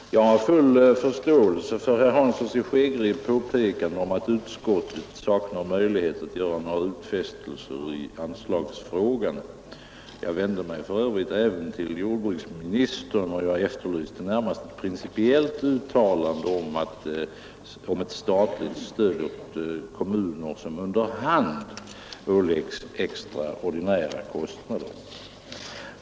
Herr talman! Jag har full förståelse för herr Hanssons i Skegrie påpekande att utskottet saknar möjlighet att göra några utfästelser i anslagsfrågan. Jag vände mig för övrigt även till jordbruksministern, och jag efterlyste närmast ett principiellt uttalande om ett statligt stöd åt kommuner som under hand åläggs extraordinära kostnader.